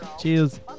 Cheers